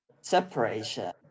separation